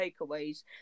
takeaways